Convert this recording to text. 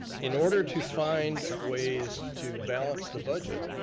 in order to find ways to balance the budget,